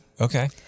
okay